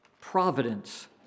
providence